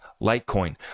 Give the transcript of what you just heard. litecoin